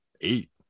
eight